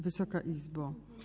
Wysoka Izbo!